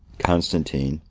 constantine,